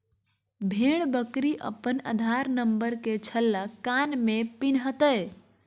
भेड़ बकरी अपन आधार नंबर के छल्ला कान में पिन्हतय